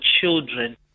children